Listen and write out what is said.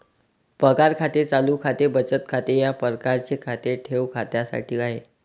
पगार खाते चालू खाते बचत खाते या प्रकारचे खाते ठेव खात्यासाठी आहे